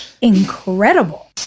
incredible